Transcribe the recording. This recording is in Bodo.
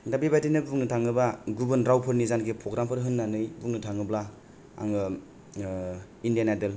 दा बेबादिनो बुंनो थाङोबा गुबुन रावफोरनि जानाखि प्रग्राम फोर होन्नानै बुंनो थाङोब्ला आङो इण्डियान आइडल